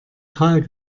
kahl